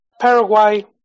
Paraguay